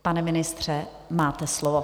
Pane ministře, máte slovo.